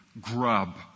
grub